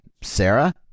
Sarah